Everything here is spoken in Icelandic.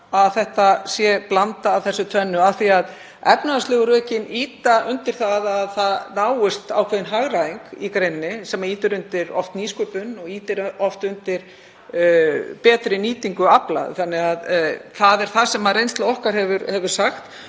að það sé blanda af þessu tvennu af því að efnahagslegu rökin ýta undir að það náist ákveðin hagræðing í greininni sem ýtir oft undir nýsköpun og ýtir oft undir betri nýtingu afla. Það er það sem reynsla okkar hefur sagt